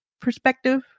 perspective